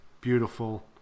beautiful